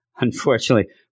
unfortunately